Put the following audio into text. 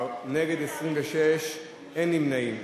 בעד, 12, נגד, 26, אין נמנעים.